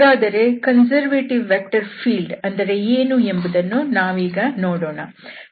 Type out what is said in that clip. ಹಾಗಾದರೆ conservative vector field ಅಂದರೆ ಏನು ಎಂಬುದನ್ನು ನಾವೀಗ ನೋಡೋಣ